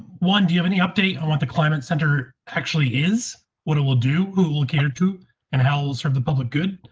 one, do you have any update i want the climate center actually, is what it will do we'll get it to and how will serve the public good.